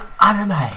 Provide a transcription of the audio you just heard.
anime